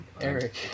Eric